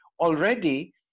Already